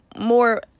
more